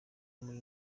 muri